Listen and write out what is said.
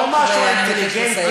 שמה הן אומרות?